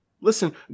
Listen